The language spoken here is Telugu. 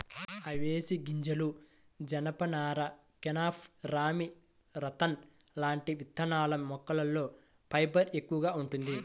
అవిశె గింజలు, జనపనార, కెనాఫ్, రామీ, రతన్ లాంటి విత్తనాల మొక్కల్లో ఫైబర్ ఎక్కువగా వుంటది